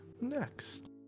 next